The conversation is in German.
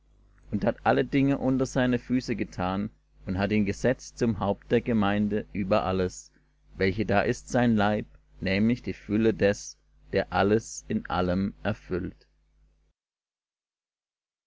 und hat alle dinge unter seine füße getan und hat ihn gesetzt zum haupt der gemeinde über alles welche da ist sein leib nämlich die fülle des der alles in allem erfüllt